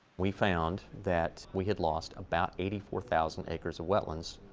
we found that we had lost about eighty four thousand acres of wetlands,